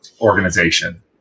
organization